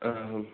आम्